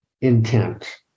Intent